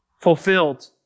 fulfilled